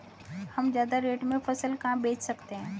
हम ज्यादा रेट में फसल कहाँ बेच सकते हैं?